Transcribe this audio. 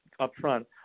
upfront